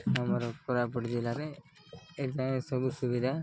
ଆମର କୋରାପୁଟ ଜିଲ୍ଲାରେ ଏପାଇ ସବୁ ସୁବିଧା